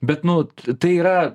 bet nu tai yra